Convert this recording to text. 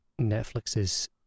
Netflix's